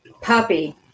Puppy